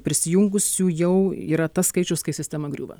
prisijungusių jau yra tas skaičius kai sistema griūva